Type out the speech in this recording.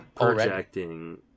projecting